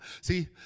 See